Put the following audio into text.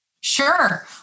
Sure